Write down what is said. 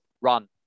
run